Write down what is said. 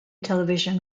television